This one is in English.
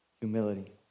humility